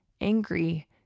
angry